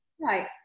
Right